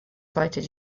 cited